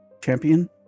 champion